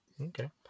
Okay